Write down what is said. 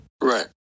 Right